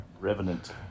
Revenant